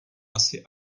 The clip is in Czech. asi